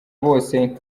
bose